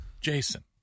Jason